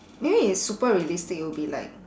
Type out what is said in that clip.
maybe if super realistic it'll be like